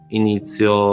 inizio